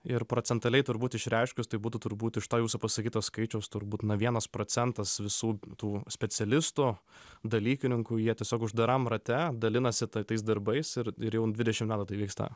ir procentaliai turbūt išreiškus tai būtų turbūt iš to jūsų pasakyto skaičiaus turbūt na vienas procentas visų tų specialistų dalykininkų jie tiesiog uždaram rate dalinasi tais darbais ir ir jau dvidešim metų tai vyksta